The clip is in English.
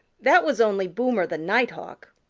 that was only boomer the nighthawk.